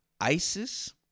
Isis